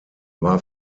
war